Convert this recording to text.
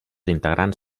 integrants